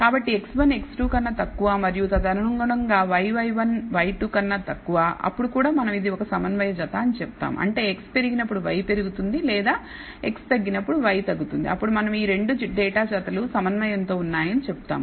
కాబట్టి x1 x2 కన్నా తక్కువ మరియు తదనుగుణంగా yy1 y2 కన్నా తక్కువఅప్పుడు కూడా మనం ఇది ఒక సమన్వయ జత అని చెప్తాం అంటే x పెరిగినప్పుడు y పెరుగుతుంది లేదా x తగ్గినప్పుడు y తగ్గుతుంది అప్పుడు మనం ఈ 2 డేటా జతలు సమన్వయంతో ఉన్నాయని చెప్తాం